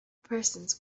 persons